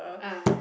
ah